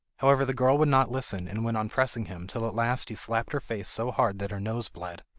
however, the girl would not listen, and went on pressing him, till at last he slapped her face so hard that her nose bled.